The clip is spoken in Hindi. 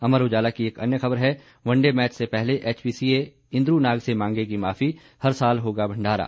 अमर उजाला की एक अन्य ख़बर है वनडे मैच से पहले एचपीसीए इंद्रुनाग से मांगेगी माफी हर साल होगा भंडारा